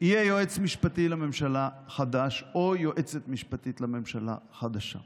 יהיה יועץ משפטי חדש לממשלה או יועצת משפטית חדשה לממשלה.